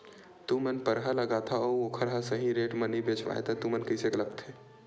तू मन परहा लगाथव अउ ओखर हा सही रेट मा नई बेचवाए तू मन ला कइसे लगथे?